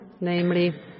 namely